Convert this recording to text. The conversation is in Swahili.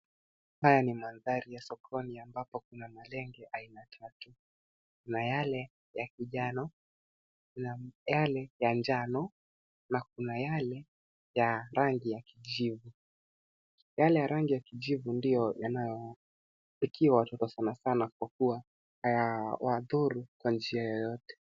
Haya ni mandhari ya sokoni ambapo kuna malenge aina tatu. Kuna yale ya kijani, kuna yale ya njano na kuna yale ya rangi ya kijivu. Yale ya rangi ya kijivu ndio yanayopikiwa watoto sana sana kwa kuwa hayawadhuru kwa njia yoyote.